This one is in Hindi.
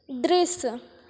दृश्य